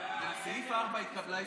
על סעיף 4 התקבלה הסתייגות,